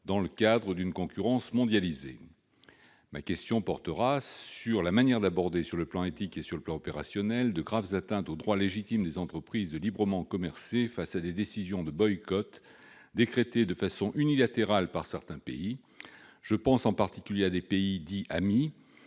dans le cadre d'une concurrence mondialisée. Ma question portera sur la manière d'aborder, sur le plan éthique et sur le plan opérationnel, de graves atteintes au droit légitime des entreprises de librement commercer face à des décisions de boycott décrétées de façon unilatérale par certains pays. Je pense en particulier à des pays dits « amis »,